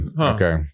Okay